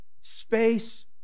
space